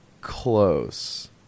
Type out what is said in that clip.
close